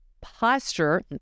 posture